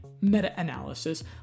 meta-analysis